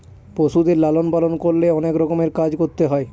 পশুদের লালন পালন করলে অনেক রকমের কাজ করতে হয়